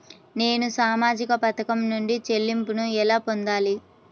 నేను సామాజిక పథకం నుండి చెల్లింపును ఎలా పొందాలి?